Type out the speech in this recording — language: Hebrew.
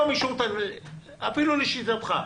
אפילו לשיטתך,